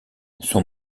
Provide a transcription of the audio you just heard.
son